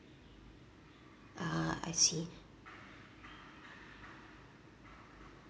ah I see